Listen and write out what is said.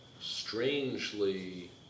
strangely